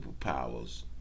superpowers